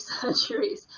surgeries